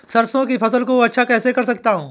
सरसो की फसल को अच्छा कैसे कर सकता हूँ?